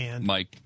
Mike